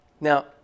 now